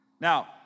Now